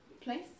place